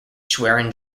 schwerin